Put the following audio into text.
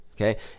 okay